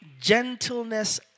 gentleness